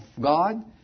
God